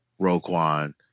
Roquan